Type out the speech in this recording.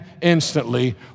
instantly